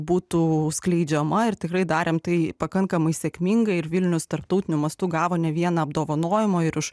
būtų skleidžiama ir tikrai darėm tai pakankamai sėkmingai ir vilnius tarptautiniu mastu gavo ne vieną apdovanojimą ir už